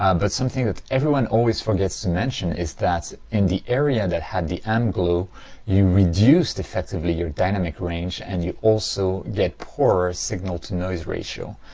ah but something that everyone always forgets to mention is that in the area that had the amp glow you reduced effectively your dynamic range and you also get poorer signal-to-noise ratio.